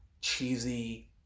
cheesy